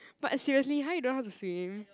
but seriously !huh! you don't know how to swim